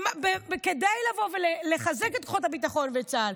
כדי לבוא ולחזק את כוחות הביטחון וצה"ל.